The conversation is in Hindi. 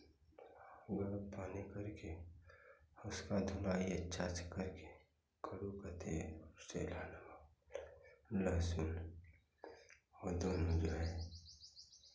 गरम पानी करके उसका धुलाई अच्छा से करके कड़ू का तेल और सेंधा नमक लहसुन और दोनों जो है